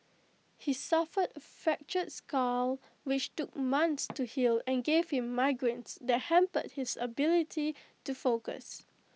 he suffered A fractured skull which took months to heal and gave him migraines that hampered his ability to focus